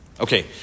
Okay